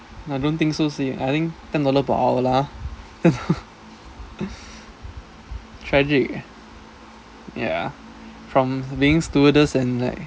I don't think so sia I think ten dollar per hour lah tragic yeah from being stewardess and like